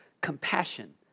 compassion